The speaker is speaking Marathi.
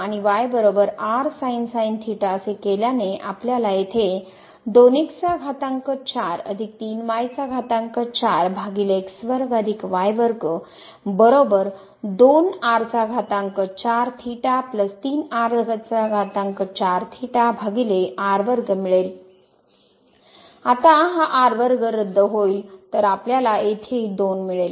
आणि असे केल्याने आपल्याला येथे मिळेल आता हा r वर्ग रद्द होईल तर आपल्याला येथेही 2 मिळेल